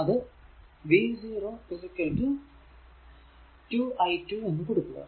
അതു v0 2 i2 എന്ന് കൊടുക്കുക